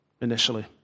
initially